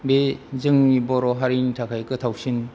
बे जोंनि बर' हारिनि थाखाय गोथावसिन